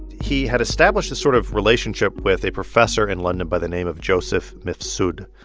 he had established a sort of relationship with a professor in london by the name of joseph mifsud,